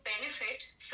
benefit